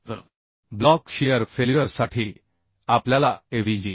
तर block shear फेल्युअरसाठी आपल्याला Avg